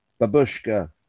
Babushka